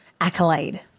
accolade